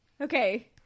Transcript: Okay